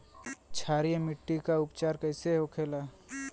क्षारीय मिट्टी का उपचार कैसे होखे ला?